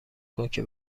کن، که